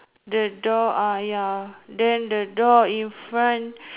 the door ah ya then the door in front